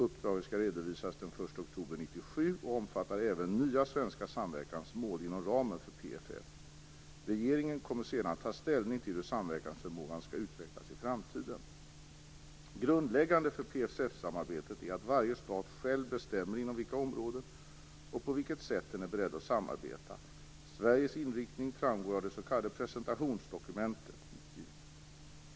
Uppdraget skall redovisas den 1 oktober 1997 och omfatta även nya svenska samverkansmål inom ramen för PFF. Regeringen kommer sedan att ta ställning till hur samverkansförmågan skall utvecklas i framtiden. Grundläggande för PFF-samarbetet är att varje stat själv bestämmer inom vilka områden och på vilket sätt den är beredd att samarbeta. Sveriges inriktning framgår av det s.k. presentationsdokumentet .